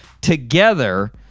together